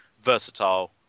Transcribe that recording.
versatile